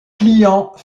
clients